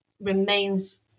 remains